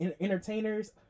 entertainers